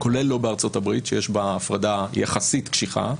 כולל לא בארצות הברית שיש בה הפרדה יחסית קשיחה,